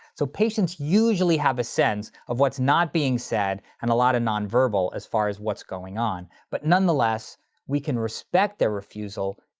so patients usually have a sense of what's not being said and a lot of nonverbal as far as what's going on, but nonetheless we can respect their refusal,